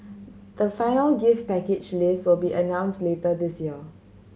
the final gift package list will be announced later this year